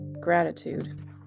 gratitude